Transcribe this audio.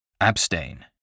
Abstain